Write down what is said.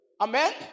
Amen